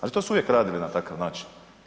Ali to su uvijek radili na takav način.